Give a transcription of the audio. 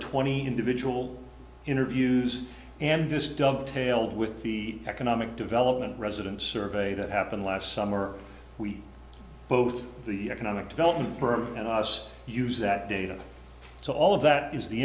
twenty individual interviews and this dovetail with the economic development residents survey that happened last summer we both the economic development firm and us use that data so all of that is the